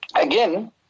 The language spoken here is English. Again